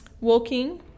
walking